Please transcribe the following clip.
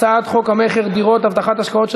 הצעת חוק המכר (דירות) (הבטחת השקעות של